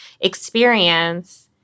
experience